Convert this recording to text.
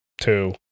two